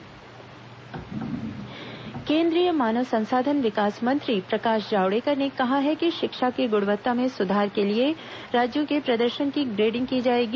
शिक्षा ग्णवत्ता ग्रेडिंग केन्द्रीय मानव संसा धन विकास मंत्री प्रकाश जावड़ेकर ने कहा है कि शिक्षा की गुणव त्ता में सु धार के लिए राज्यों के प्रदर्शन की ग्रे डिंड ग की जाएगी